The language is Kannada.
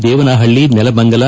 ದೇವನಪಳ್ಲಿ ನೆಲಮಂಗಲ